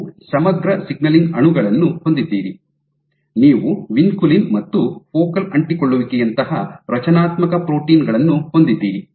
ನೀವು ಸಮಗ್ರ ಸಿಗ್ನಲಿಂಗ್ ಅಣುಗಳನ್ನು ಹೊಂದಿದ್ದೀರಿ ನೀವು ವಿನ್ಕುಲಿನ್ ಮತ್ತು ಫೋಕಲ್ ಅಂಟಿಕೊಳ್ಳುವಿಕೆಯಂತಹ ರಚನಾತ್ಮಕ ಪ್ರೋಟೀನ್ ಗಳನ್ನು ಹೊಂದಿದ್ದೀರಿ